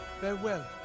Farewell